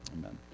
Amen